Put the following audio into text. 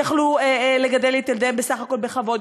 יכלו לגדל את ילדיהם בסך הכול בכבוד,